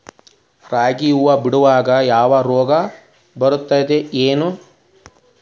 ರಾಗಿ ಹೂವು ಬಿಡುವಾಗ ಯಾವದರ ರೋಗ ಬರತೇತಿ ಏನ್?